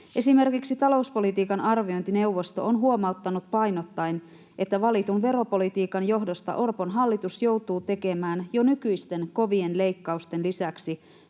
Esimerkiksi talouspolitiikan arviointineuvosto on huomauttanut painottaen, että valitun veropolitiikan johdosta Orpon hallitus joutuu tekemään jo nykyisten kovien leikkausten lisäksi